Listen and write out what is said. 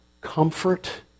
comfort